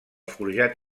forjat